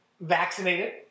vaccinated